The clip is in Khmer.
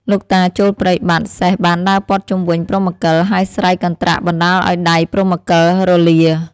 ពេលតាចូលព្រៃបាត់ សេះបានដើរព័ទ្ធជុំវិញព្រហ្មកិល ហើយស្រែកកន្ត្រាក់បណ្តាលឱ្យដៃព្រហ្មកិលរលា ។